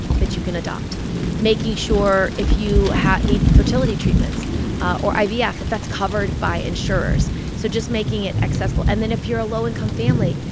that you can adopt making sure, if you need fertility treatments or ivf, yeah that that's covered by insurers so just making it accessible. and then if you're a low-income family,